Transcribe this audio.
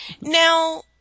Now